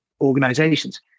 organizations